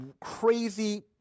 crazy